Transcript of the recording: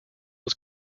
was